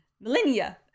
Millennia